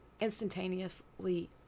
instantaneously